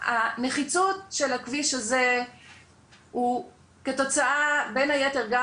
הנחיצות של הכביש הזה הוא כתוצאה בין היתר גם